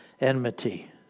enmity